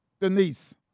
Denise